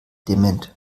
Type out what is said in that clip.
dement